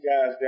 guys